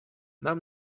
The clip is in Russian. нам